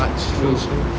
true